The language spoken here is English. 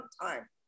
time